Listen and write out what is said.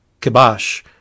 kibosh